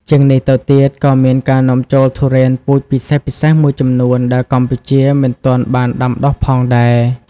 ជាងនេះទៅទៀត ក៏មានការនាំចូលទុរេនពូជពិសេសៗមួយចំនួនដែលកម្ពុជាមិនទាន់បានដាំដុះផងដែរ។